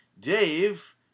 Dave